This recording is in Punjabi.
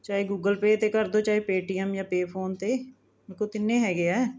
ਚਾਹੇ ਗੂਗਲ ਪੇਅ 'ਤੇ ਕਰ ਦਿਉ ਚਾਹੇ ਪੇਅਟੀਐੱਮ ਜਾਂ ਪੇਅ ਫੋਨ 'ਤੇ ਮੇਰੇ ਕੋਲ ਤਿੰਨੇ ਹੈਗੇ ਹੈ